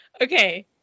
Okay